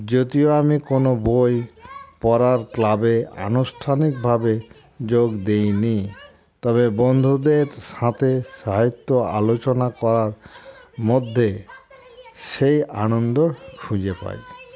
যদিও আমি কোনো বই পড়ার ক্লাবে আনুষ্ঠানিকভাবে যোগ দিইনি তবে বন্ধুদের সাথে সাহিত্য আলোচনা করার মধ্যে সেই আনন্দ খুঁজে পাই